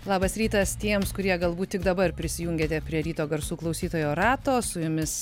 labas rytas tiems kurie galbūt tik dabar prisijungėte prie ryto garsų klausytojo rato su jumis